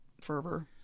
fervor